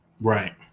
Right